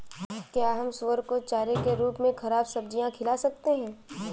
क्या हम सुअर को चारे के रूप में ख़राब सब्जियां खिला सकते हैं?